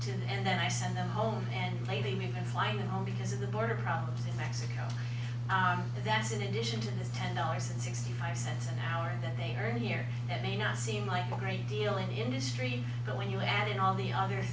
additionh and then i send them home and lately we've been flying them home because of the border problems in mexico that's in addition to the ten dollars sixty five cents an hour that they earn here that may not seem like had a great deal in industry but when you add in all the other